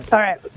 alright,